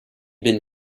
been